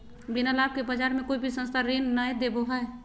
बिना लाभ के बाज़ार मे कोई भी संस्था ऋण नय देबो हय